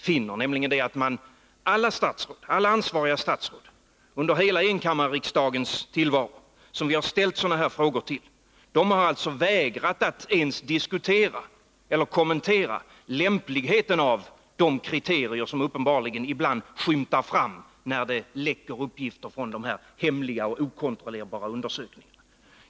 Under hela enkammarriksdagens tillvaro har alla ansvariga statsråd, som vi har ställt sådana här frågor till, vägrat att ens diskutera eller kommentera lämpligheten av de kriterier som uppenbarligen ibland skymtar fram när det läcker uppgifter från dessa hemliga och okontrollerbara undersökningar.